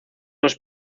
los